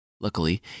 Luckily